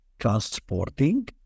transporting